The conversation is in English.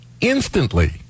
instantly